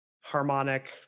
harmonic